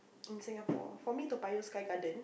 in Singapore for me Toa-Payoh Sky-Garden